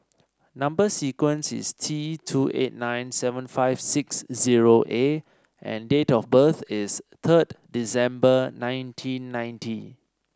number sequence is T two eight nine seven five six zero A and date of birth is third December nineteen ninety